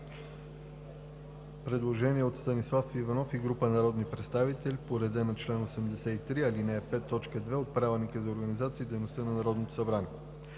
Предложение от Станислав Иванов и група народни представители по реда на чл. 83, ал. 5, т. 2 от Правилника за организацията и дейността на Народното събрание.